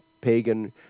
pagan